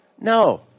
No